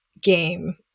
game